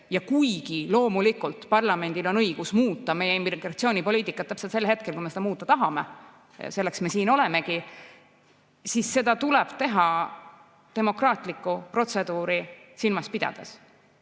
Ja kuigi loomulikult parlamendil on õigus muuta meie immigratsioonipoliitikat täpselt sel hetkel, kui me seda muuta tahame, selleks me siin olemegi, siis seda tuleb teha demokraatlikku protseduuri silmas pidades.